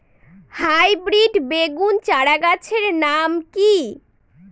Hybrid বেগুন চারাগাছের নাম কি?